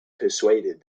persuaded